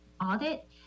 audit